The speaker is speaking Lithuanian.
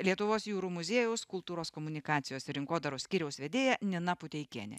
lietuvos jūrų muziejaus kultūros komunikacijos rinkodaros skyriaus vedėja nina puteikienė